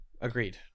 Agreed